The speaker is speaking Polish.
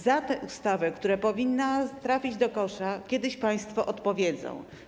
Za tę ustawę, która powinna trafić do kosza, kiedyś państwo odpowiecie.